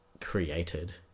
created